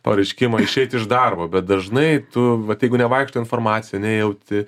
pareiškimą išeiti iš darbo bet dažnai tu va jeigu nevaikšto informacija nejauti